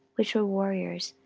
which were warriors,